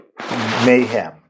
mayhem